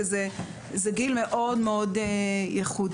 כי זה גיל ייחודי.